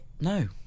No